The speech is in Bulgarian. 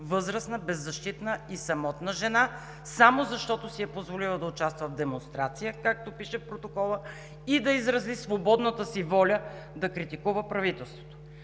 възрастна, беззащитна и самотна жена само защото си е позволила да участва в демонстрация, както пише в протокола, и да изрази свободната си воля да критикува правителството?